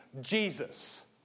Jesus